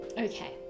Okay